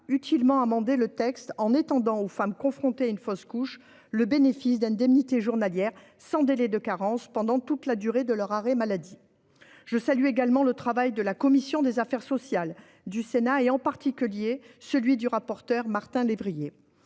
utilement amendé le texte en étendant aux femmes confrontées à une fausse couche le bénéfice d'indemnités journalières sans délai de carence pendant toute la durée de leur arrêt maladie. Je salue également le travail de notre commission des affaires sociales, et en particulier celui du rapporteur Martin Lévrier,